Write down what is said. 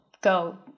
go